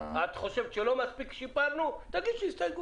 את חושבת שלא שיפרנו מספיק, תגישי הסתייגות.